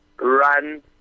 run